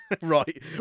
Right